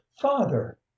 father